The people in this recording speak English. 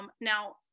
Now